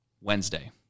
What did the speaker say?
Wednesday